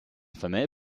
femelle